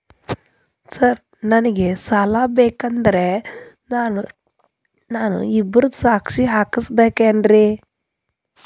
Sir ನನಗೆ ಸಾಲ ಬೇಕಂದ್ರೆ ನಾನು ಇಬ್ಬರದು ಸಾಕ್ಷಿ ಹಾಕಸಬೇಕೇನ್ರಿ?